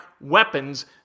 weapons